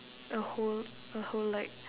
a whole a whole like